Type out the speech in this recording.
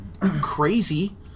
crazy